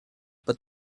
but